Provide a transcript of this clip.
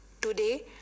Today